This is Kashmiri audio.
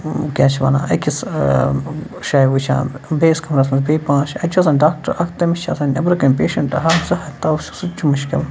کیٛاہ چھِ وَنان أکِس جاے وٕچھان بیٚیِس کَمرَس منٛز بیٚیہِ پانٛژھ شیٚے اَتہِ چھِ آسان ڈاکٹر اَکھ تٔمِس چھِ آسان نیٚبرٕ کَنۍ پیشَنٛٹ ہَتھ زٕ ہَتھ توَے چھِ سُہ تہِ چھُ مُشکل